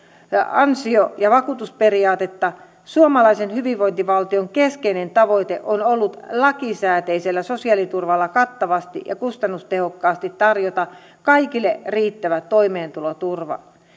ansio ja vakuutusperiaatetta suomalaisen hyvinvointivaltion keskeinen tavoite on ollut lakisääteisellä sosiaaliturvalla kattavasti ja kustannustehokkaasti tarjota kaikille riittävä toimeentuloturva